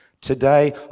Today